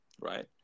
right